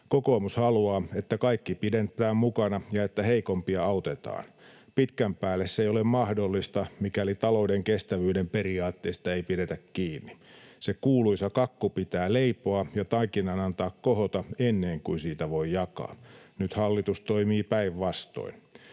Kokoomus haluaa, että kaikki pidetään mukana ja että heikompia autetaan. Pitkän päälle se ei ole mahdollista, mikäli talouden kestävyyden periaatteista ei pidetä kiinni. Se kuuluisa kakku pitää leipoa ja taikinan antaa kohota ennen kuin siitä voi jakaa. Nyt hallitus toimii päinvastoin,